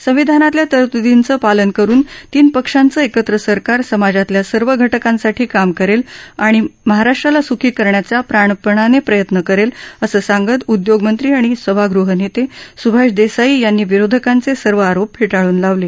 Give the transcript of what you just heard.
संविधानातल्या तरत्दींचं पालन करून तीन पक्षांचं एकत्र सरकार समाजातल्या सर्व घटकांसाठी काम करेल आणि महाराष्ट्राला सुखी करण्याचा प्राणपणाने प्रयत्न करेल असं सांगत उद्योगमंत्री आणि सभागृह नेते सुभाष देसाई यांनी विरोधकांचे सर्व आरोप फेटाळून लावले